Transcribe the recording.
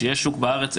כשיש שוק בארץ,